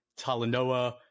Talanoa